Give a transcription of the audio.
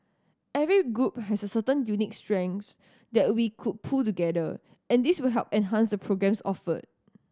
every group has certain unique strengths that we could pool together and this will help enhance the programmes offered